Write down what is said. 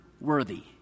worthy